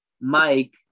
Mike